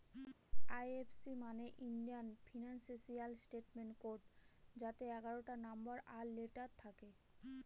IFC মানে Indian financial system code যাতে এগারোটা নম্বর আর লেটার থাকে